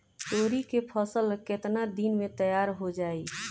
तोरी के फसल केतना दिन में तैयार हो जाई?